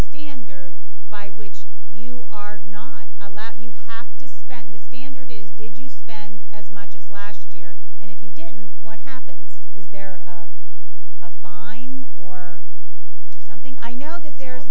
standard by which you are not a lot you have to spend the standard is did you spend as much as last year and if you didn't what happens is there a fine or something i know that there is